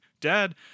Dad